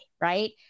right